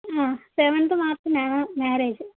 seventh മാർച്ചിനാണ് marriage